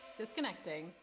Disconnecting